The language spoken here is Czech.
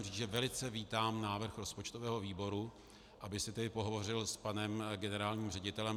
Musím říct, že velice vítám návrh rozpočtového výboru, abych si tedy pohovořil s panem generálním ředitelem.